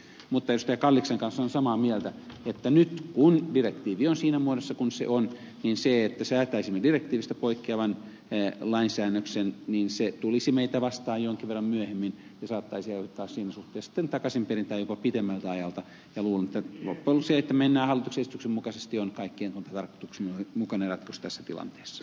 kalliksen kanssa olen samaa mieltä että nyt kun direktiivi on siinä muodossa kuin se on niin se että saattaisin viritystä voi jos säätäisimme direktiivistä poikkeavan lainsäännöksen se tulisi meitä vastaan jonkin verran myöhemmin ja saattaisi aiheuttaa siinä suhteessa takaisinperintää jopa pidemmältä ajalta ja luulen että loppujen lopuksi se että menemme hallituksen esityksen mukaisesti on kaikkein tarkoituksenmukaisin ratkaisu tässä tilanteessa